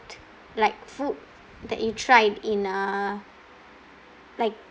like food that you tried in uh like